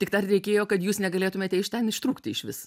tik dar reikėjo kad jūs negalėtumėte iš ten ištrūkti išvis